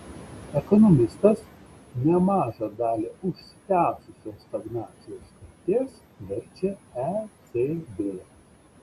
ekonomistas nemažą dalį užsitęsusios stagnacijos kaltės verčia ecb